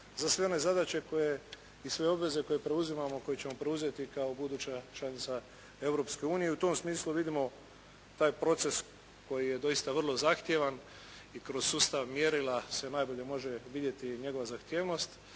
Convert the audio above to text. za sve one zadaće koje, i sve obveze koje preuzimamo i koje ćemo preuzeti kao buduća članica Europske unije i u tom smislu vidimo taj proces koji je doista vrlo zahtjevan i kroz sustav mjerila se najbolje može vidjeti njegova zahtjevnost.